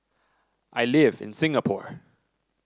I live in Singapore